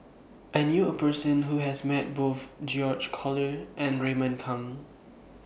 I knew A Person Who has Met Both George Collyer and Raymond Kang